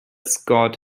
scored